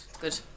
Good